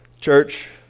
Church